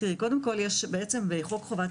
יש חובת